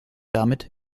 damit